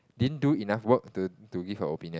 didn't do enough work to to give her opinion